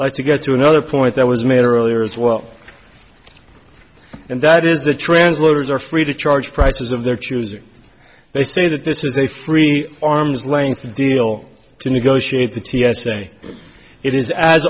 like to get to another point that was made earlier as well and that is the translators are free to charge prices of their choosing they say that this is a free arm's length deal to negotiate the t s a it is as